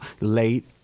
late